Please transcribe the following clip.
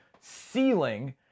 ceiling